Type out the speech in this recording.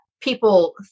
people